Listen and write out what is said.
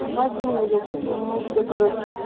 ସମାଜ news news paper ଅଛି